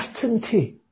certainty